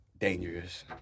Dangerous